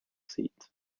seat